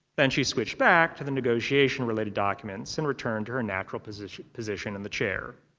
then she switched back to the negotiation-related documents and returned to her natural position position in the chair.